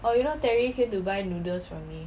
oh you know terry came to buy noodles from me